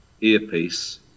earpiece